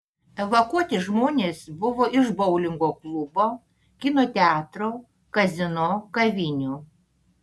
evakuoti žmonės buvo iš boulingo klubo kino teatro kazino kavinių